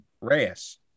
Reyes